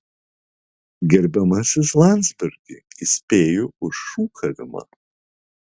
gerbiamasis landsbergi įspėju už šūkavimą